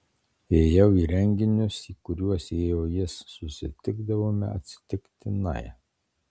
ėjau į renginius į kuriuos ėjo jis susitikdavome atsitiktinai